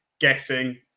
guessing